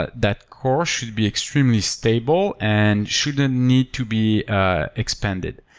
that that course should be extremely stable and shouldn't need to be ah expanded.